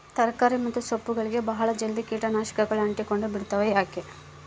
ತರಕಾರಿ ಮತ್ತು ಸೊಪ್ಪುಗಳಗೆ ಬಹಳ ಜಲ್ದಿ ಕೇಟ ನಾಶಕಗಳು ಅಂಟಿಕೊಂಡ ಬಿಡ್ತವಾ ಯಾಕೆ?